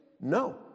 no